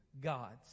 God's